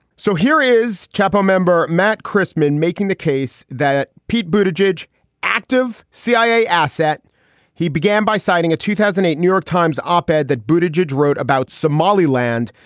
so here is chapo member matt crisman making the case that pete bhuta jej jej active cia asset he began by citing a two thousand and eight new york times op ed that booted jej wrote about somaliland,